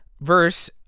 verse